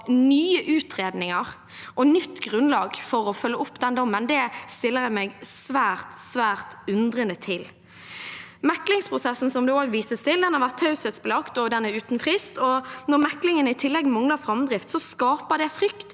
nye utredninger og nytt grunnlag for å følge opp den dommen, stiller jeg meg svært, svært undrende til. Meklingsprosessen det også vises til, har vært taushetsbelagt, og den er uten frist. Når meklingen i tillegg mangler framdrift, skaper det en frykt